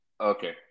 Okay